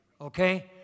Okay